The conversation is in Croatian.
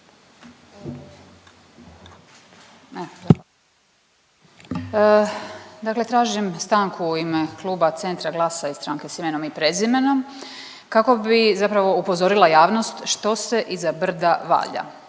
Dakle tražim stanku u ime Kluba Centra, Glasa i Stranke s imenom i prezimenom, kako bi zapravo upozorila javnost što se iza brda valja.